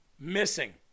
Missing